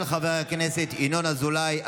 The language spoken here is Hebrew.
של חבר הכנסת ינון אזולאי.